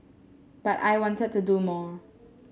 but I wanted to do more